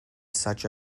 such